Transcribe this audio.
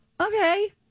okay